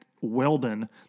Weldon